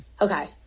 Okay